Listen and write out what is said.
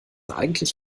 eigentlich